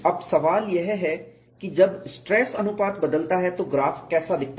अब सवाल यह है कि जब स्ट्रेस अनुपात बदलता है तो ग्राफ़ कैसा दिखता है